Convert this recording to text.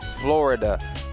Florida